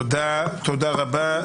תודה רבה.